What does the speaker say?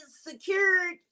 secured